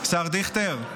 השר דיכטר,